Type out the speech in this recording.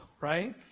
right